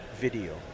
video